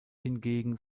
hingegen